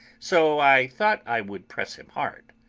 so i thought i would press him hard.